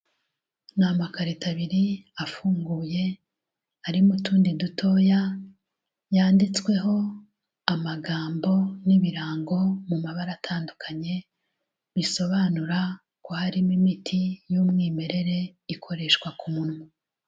Ni amakarito abiri afunguye arimo utundi dutoya, yanditsweho amagambo n'ibirango mu mabara atandukanye bisobanura ko harimo imiti y'umwimerere ikoreshwa ku munwa.